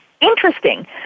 Interesting